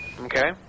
Okay